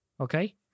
Okay